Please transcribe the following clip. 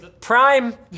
prime